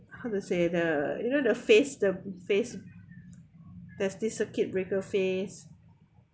how to say the you know the phase the phase does the circuit breaker phase